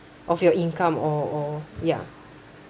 of your income or or ya